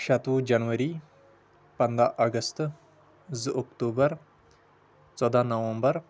شتوُہ جنوری پندہ اگستہٕ زٕ اکتوٗبر ژۄدہ نومبر